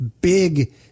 big